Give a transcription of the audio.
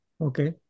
Okay